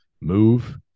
move